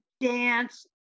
dance